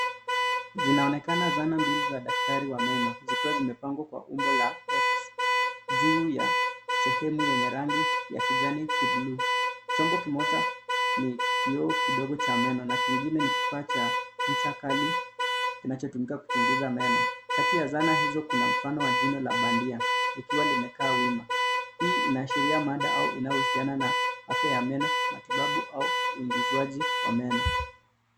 Zinaonekana zana mbili za daktari wa meno zikiwa zimepangwa kwa umbo la X juu ya sehemu yenye rangi ya kijani kibluu. Chombo kimoja ni kioo kidogo cha meno na kingine ni kifaa cha ncha kali kinachotumika kuchunguza meno. Kati ya zana hizo, kuna mfano wa jino la bandia likiwa limekaa wima. Hii inaashiria mada au inayohusiana na afya ya meno, matibabu au uingizwaji wa meno.